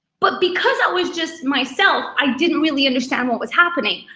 but because it was just myself. i didn't really understand what was happening.